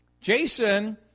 Jason